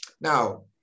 Now